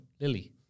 Lily